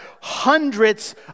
hundreds